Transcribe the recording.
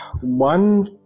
one